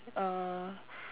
uh